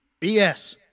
BS